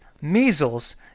measles